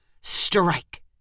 strike